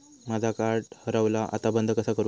माझा कार्ड हरवला आता बंद कसा करू?